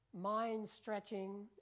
mind-stretching